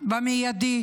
במיידי